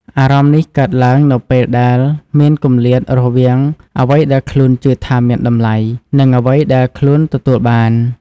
អារម្មណ៍នេះកើតឡើងនៅពេលដែលមាន គម្លាតរវាងអ្វីដែលខ្លួនជឿថាមានតម្លៃ និងអ្វីដែលខ្លួនទទួលបាន។